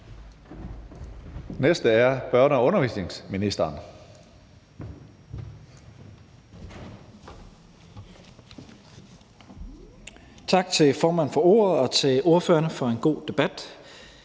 næste er børne- og undervisningsministeren.